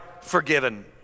forgiven